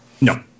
No